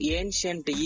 ancient